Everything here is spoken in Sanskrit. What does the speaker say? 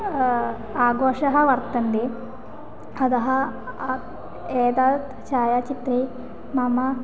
आघोषः वर्तन्ते अतः एतत् छायाचित्रे मम